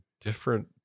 different